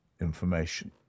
information